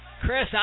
Chris